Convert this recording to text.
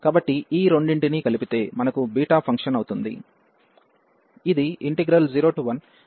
కాబట్టి ఈ రెండింటినీ కలిపితే మనకు బీటా ఫంక్షన్ అవుతుంది ఇది 01xm 11 xn 1dx